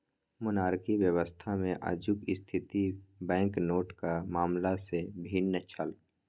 monarchy व्यवस्थामे आजुक स्थिति बैंकनोटक मामला सँ भिन्न छल